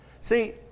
See